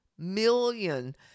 million